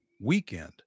weekend